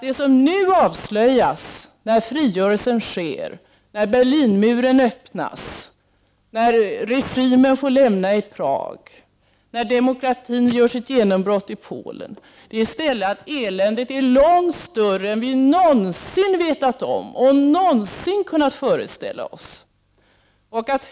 Det som nu avslöjas, när frigörelsen sker, när Berlinmuren öppnas, när en ny regim träder till i Prag, när demokratin gör sitt genombrott i Polen, är i stället att eländet är långt större än vi någonsin vetat om och någonsin kunnat föreställa oss.